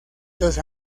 los